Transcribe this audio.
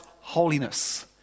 holiness